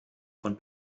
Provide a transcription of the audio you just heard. von